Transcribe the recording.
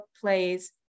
plays